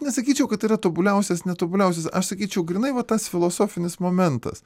nesakyčiau kad tai yra tobuliausias netobuliausias aš sakyčiau grynai va tas filosofinis momentas